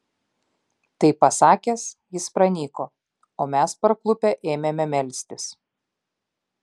tai pasakęs jis pranyko o mes parklupę ėmėme melstis